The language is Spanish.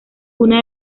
una